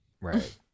Right